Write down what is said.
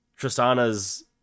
Tristana's